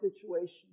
situation